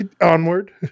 onward